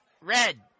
red